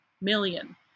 million